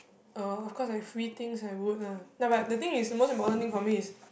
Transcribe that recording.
uh of course like free things I would lah like but the thing is the most important thing for me is